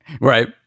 Right